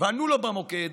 וענו לו במוקד,